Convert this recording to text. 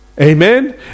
Amen